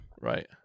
Right